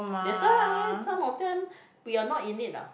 that's why ah some of them we are not in it lah